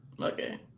okay